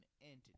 entity